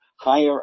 higher